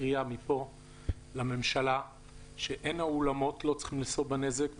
מפה קריאה שהאולמות לא צריכים לשאת בנזק,